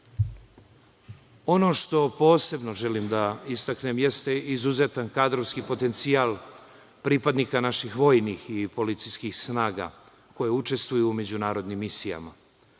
što posebno želim da istaknem jeste izuzetan kadrovski potencijal pripadnika naših vojnih i policijskih snaga koje učestvuju u međunarodnim misijama.